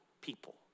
people